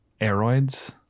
aeroids